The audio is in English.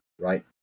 right